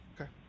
Okay